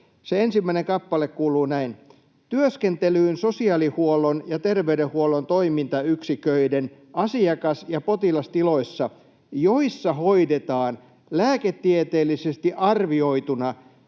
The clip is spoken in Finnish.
ensimmäinen kappale kuuluu näin: ”Työskentelyyn sosiaalihuollon ja terveydenhuollon toimintayksiköiden asiakas- ja potilastiloissa, joissa hoidetaan lääketieteellisesti arvioituna